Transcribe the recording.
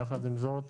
יחד עם זאת,